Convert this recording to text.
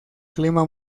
clima